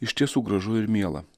iš tiesų gražu ir miela